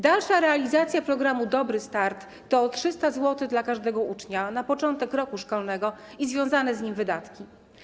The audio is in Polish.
Dalsza realizacja programu „Dobry start” to 300 zł dla każdego ucznia na początek roku szkolnego i związane z nim wydatki.